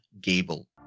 Gable